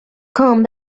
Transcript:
come